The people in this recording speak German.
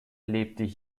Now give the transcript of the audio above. lebt